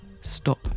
stop